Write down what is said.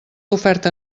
oferta